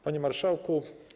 Panie Marszałku!